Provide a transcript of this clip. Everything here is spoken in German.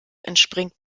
entspringt